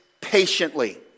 patiently